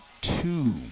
two